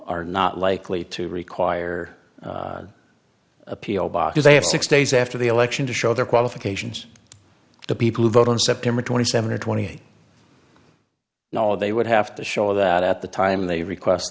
are not likely to require a p o box they have six days after the election to show their qualifications the people who vote on september twenty seventh or twenty no they would have to show that at the time they request